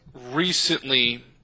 recently